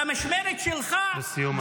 במשמרת שלך -- לסיום, אדוני.